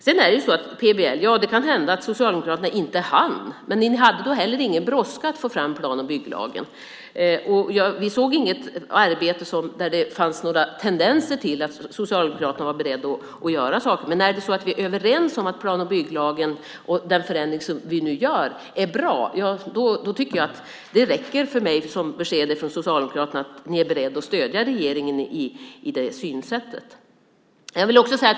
Sedan har vi detta med PBL. Det kan hända att Socialdemokraterna inte hann, men ni hade då heller ingen brådska med att få fram plan och bygglagen. Vi såg inget arbete där det fanns tendenser till att Socialdemokraterna var beredda att göra saker. Men om vi är överens om att plan och bygglagen och den förändring som vi nu gör är bra, då räcker det för mig som besked från Socialdemokraterna att ni är beredda att stödja regeringen här.